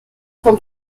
vom